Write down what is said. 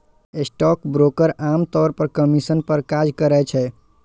stockbroker आम तौर पर कमीशन पर काज करै छै